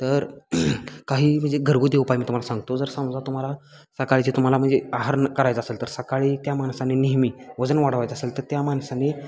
तर काही म्हणजे घरगुती उपाय मी तुम्हाला सांगतो जर समजा तुम्हाला सकाळी जे तुम्हाला म्हणजे आहार करायचं असेल तर सकाळी त्या माणसाने नेहमी वजन वाढवायचं असेल तर त्या माणसाने